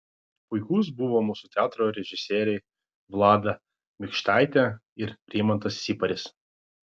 puikūs buvo mūsų teatro režisieriai vlada mikštaitė ir rimantas siparis